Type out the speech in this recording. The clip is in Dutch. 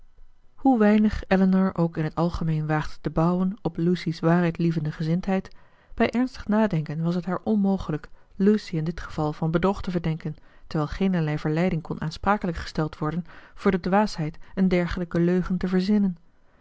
hoe weinig elinor ook in het algemeen waagde te bouwen op lucy's waarheidlievende gezindheid bij ernstig nadenken was het haar onmogelijk lucy in dit geval van bedrog te verdenken terwijl geenerlei verleiding kon aansprakelijk gesteld worden voor de dwaasheid een dergelijke leugen te verzinnen